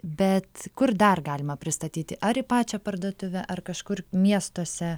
bet kur dar galima pristatyti ar į pačią parduotuvę ar kažkur miestuose